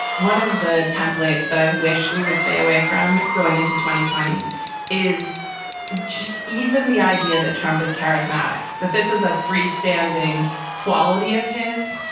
one of the templates that i wish we would stay away from going twenty twenty is just even the idea that trump is charismatic, that this is a free standing quality of his.